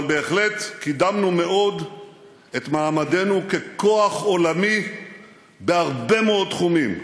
אבל בהחלט קידמנו מאוד את מעמדנו ככוח עולמי בהרבה מאוד תחומים: